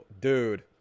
dude